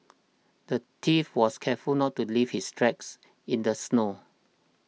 the thief was careful to not leave his tracks in the snow